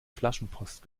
flaschenpost